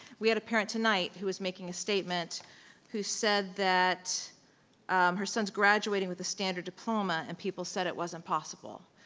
we had a parent tonight who was making a statement who said that her son is graduating with a standard diploma and people said it wasn't possible.